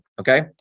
okay